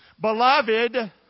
Beloved